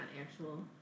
actual